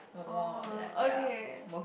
oh okay